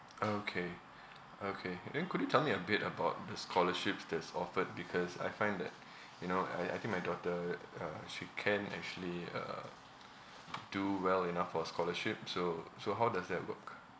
okay okay then could you tell me a bit about the scholarships that's offered because I find that you know I I think my daughter uh she can actually uh do well enough for scholarship so so how does that work